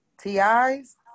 Ti's